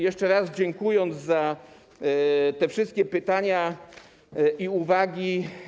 Jeszcze raz dziękuję za te wszystkie pytania i uwagi.